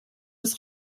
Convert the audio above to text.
des